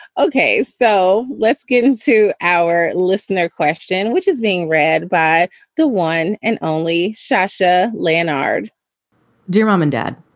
ok, so let's get into our listener question, which is being read by the one and only sasha lanard dear mom and dad,